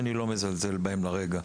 שאני לא מזלזל בהם לרגע,